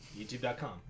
YouTube.com